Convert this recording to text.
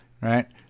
right